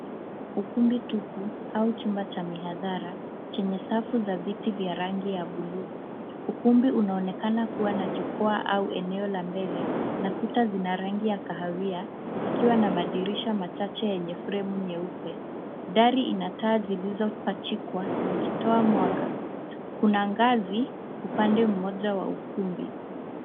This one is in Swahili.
Ukumbi tupu au chumba cha mihadara chenye safu za viti vya rangi ya buluu. Ukumbi unaonekana kuwa na jukwaa au eneo la mbele na kuta sina rangi ya kahawia zikiwa na madirisha machache yenye fremu nyeupe. Dari ina taa zilizopajikwa zikitoa mwanga. Kuna angazi upande mmoja wa ukumbi.